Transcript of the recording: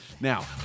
Now